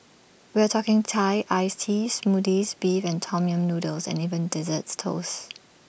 we're talking Thai iced teas Smoothies Beef and Tom yam noodles and even desserts toasts